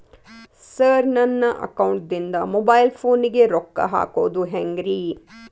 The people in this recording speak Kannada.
ಸರ್ ನನ್ನ ಅಕೌಂಟದಿಂದ ಮೊಬೈಲ್ ಫೋನಿಗೆ ರೊಕ್ಕ ಹಾಕೋದು ಹೆಂಗ್ರಿ?